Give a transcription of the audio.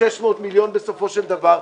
600 מיליון בסופו של דבר,